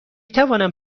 توانم